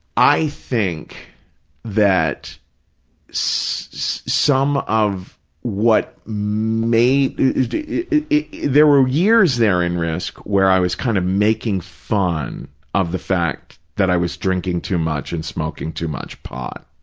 i think that some of what may, there were years there in risk! where i was kind of making fun of the fact that i was drinking too much and smoking too much pot.